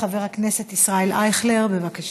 חבר הכנסת ישראל אייכלר, בבקשה.